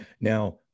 now